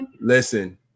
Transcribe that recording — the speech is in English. listen